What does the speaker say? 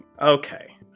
Okay